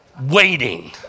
waiting